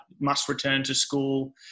must-return-to-school